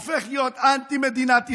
הופך להיות אנטי מדינת ישראל,